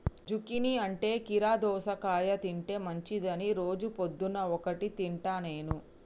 zucchini అంటే కీరా దోసకాయ తింటే మంచిదని రోజు పొద్దున్న ఒక్కటి తింటా నేను